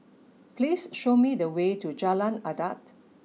please show me the way to Jalan Adat